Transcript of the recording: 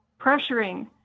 pressuring